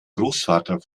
großvater